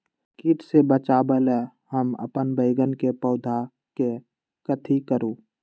किट से बचावला हम अपन बैंगन के पौधा के कथी करू?